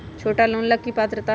छोटा लोन ला की पात्रता है?